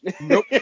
Nope